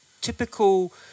typical